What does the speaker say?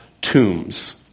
tombs